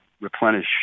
replenish